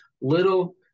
little